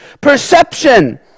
Perception